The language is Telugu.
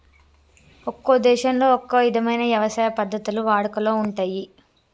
ఒక్కో దేశంలో ఒక్కో ఇధమైన యవసాయ పద్ధతులు వాడుకలో ఉంటయ్యి